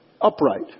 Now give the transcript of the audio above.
Upright